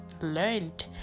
learned